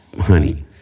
honey